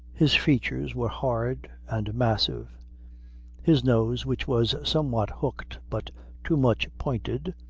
his features were hard and massive his nose, which was somewhat hooked, but too much pointed,